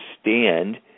stand